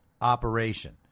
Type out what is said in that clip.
operation